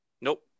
Nope